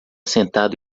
sentado